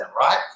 right